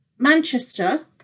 Manchester